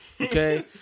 okay